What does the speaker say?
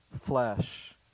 flesh